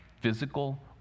physical